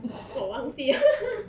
我忘记